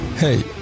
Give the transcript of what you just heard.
Hey